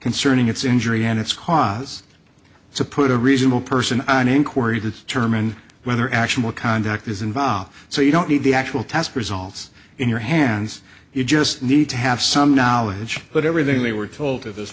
concerning its injury and its cause to put a reasonable person on inquiry to term and whether actual contact is involved so you don't need the actual test results in your hands you just need to have some knowledge but everything we were told at this